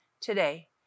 today